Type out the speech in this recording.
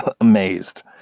amazed